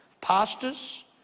pastors